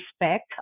respect